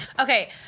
Okay